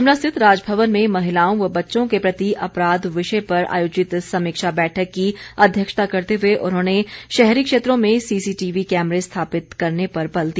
शिमला स्थित राजभवन में महिलाओं व बच्चों के प्रति अपराध विषय पर आयोजित समीक्षा बैठक की अध्यक्षता करते हुए उन्होंने शहरी क्षेत्रों में सीसीटीवी कैमरे स्थापित करने पर बल दिया